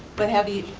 but have you,